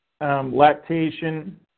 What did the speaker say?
lactation